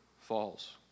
falls